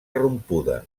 rompuda